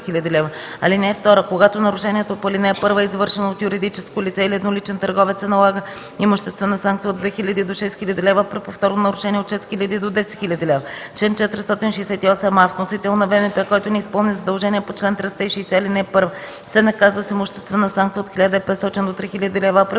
лв. (2) Когато нарушението по ал. 1 е извършено от юридическо лице или едноличен търговец, се налага имуществена санкция от 2000 до 6000 лв., а при повторно нарушение – от 6000 до 10 000 лв. Чл. 468а. Вносител на ВМП, който не изпълни задължение по чл. 360, ал. 1, се наказва с имуществена санкция от 1500 до 3000 лв., а при